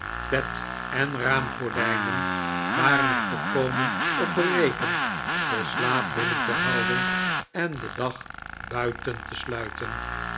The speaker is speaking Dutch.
beden raamgordijnen waren er volkomen op berekend den slaap binnen te houden en den dag buiten te sluiten